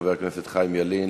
חבר הכנסת חיים ילין,